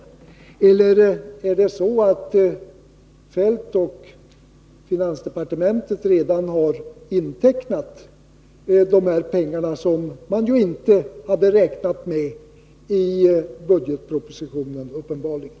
Är det möjligen så att Kjell-Olof Feldt och finansdepartementet redan intecknat dessa pengar, som man uppenbarligen inte hade räknat med i budgetpropositionen att man skulle få?